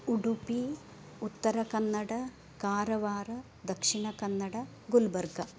Udupi Uttara Kannada Karwar Dakshina Kannada Gulbarga